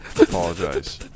apologize